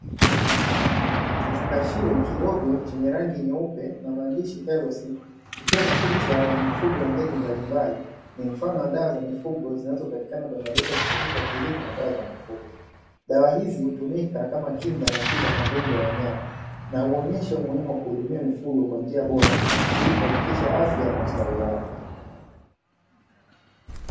Kifungashio kidogo chenye rangi nyeupe na maandishi Telose kiki na picha ya mfugo wa ndege mbalimbali, ni mfano wa dawa za mifugo zinazopatikana kwenye maduka ya pembejeo za kilimo na dawa za mifugo. Dawa hizi hutumika kama kinga na tiba ya magonjwa ya wanyama, na huonyesha umuhimu wa kuwahudumia mifugo kwa njia bora ili kuhakikisha afya na ustawi wao.